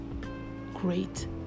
great